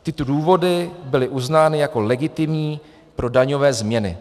Tyto důvody byly uznány jako legitimní pro daňové změny.